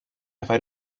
نفر